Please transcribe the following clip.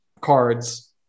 cards